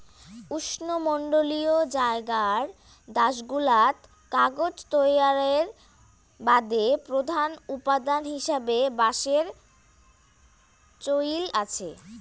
উষ্ণমণ্ডলীয় জাগার দ্যাশগুলাত কাগজ তৈয়ারের বাদে প্রধান উপাদান হিসাবে বাঁশের চইল আচে